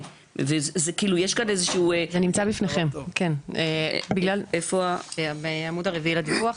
יש כאן איזשהו --- בעמוד הרביעי לדיווח.